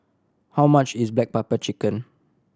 how much is black pepper chicken